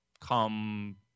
come